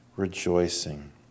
Rejoicing